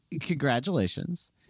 congratulations